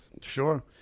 Sure